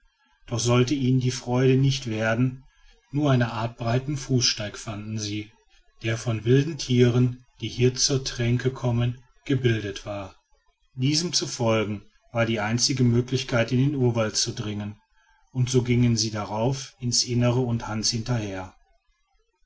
doch sollte ihnen die freude nicht werden nur eine art breiten fußsteig fanden sie der von wilden tieren die hier zur tränke kommen gebildet war diesem zu folgen war die einzige möglichkeit in den urwald zu dringen und so gingen sie darauf ins innere und hans hinterher